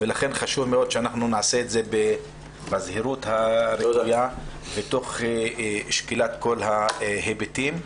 לכן חשוב מאוד שנעשה את זה בזהירות הראויה ותוך שקילת כל ההיבטים.